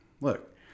Look